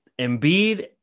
Embiid